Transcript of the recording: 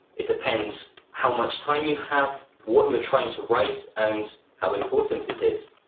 it depends how much time you have, what you're trying to write, and how important it is.